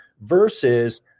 versus